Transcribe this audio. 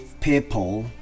people